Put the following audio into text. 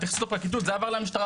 התייחסות מהפרקליטות שזה עבר למשטרה,